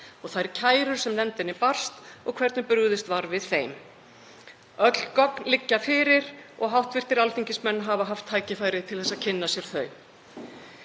þær kærur sem nefndinni bárust og hvernig brugðist var við þeim. Öll gögn liggja fyrir og hv. alþingismenn hafa haft tækifæri til að kynna sér þau.